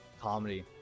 comedy